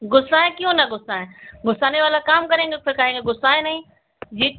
गुस्साएँ क्यूँ ना गुस्साएँ गुस्साने वाला काम करेंगे फिर कहेंगे गुस्साएँ नहीं ये